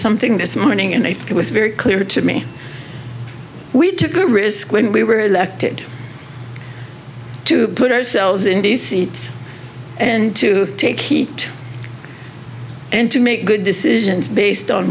something this morning and it was very clear to me we took a risk when we were elected to put ourselves in the seats and to take heat and to make good decisions based on